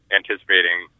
anticipating